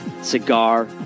Cigar